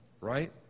right